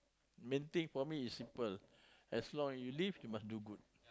main thing for me is simple as long as you live you must do good